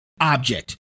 object